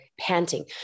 panting